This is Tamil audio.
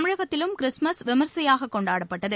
தமிழகத்திலும் கிறிஸ்துமஸ் விமரிசையாக கொண்டாடப்பட்டது